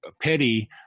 Petty